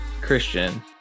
Christian